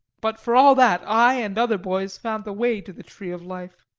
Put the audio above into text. but for all that i and other boys found the way to the tree of life